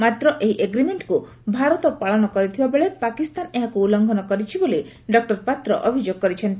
ମାତ୍ରଏହି ଏଗ୍ରିମେଟକୁ ଭାରତ ପାଳନ କରିଥୁଲା ବେଳେ ପାକିସ୍ତାନ ଏହାକୁ ଉଲ୍ଲଙ୍ଫନ କରିଛି ବୋଲି ଡ଼ପାତ୍ର ଅଭିଯୋଗ କରିଛନ୍ତି